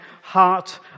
heart